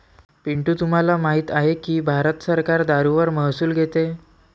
पिंटू तुम्हाला माहित आहे की भारत सरकार दारूवर महसूल घेते